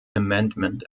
amendment